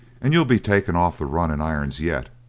and you'll be taken off the run in irons yet.